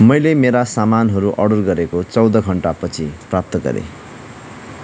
मैले मेरा सामानहरू अर्डर गरेको चौध घन्टापछि प्राप्त गरेँ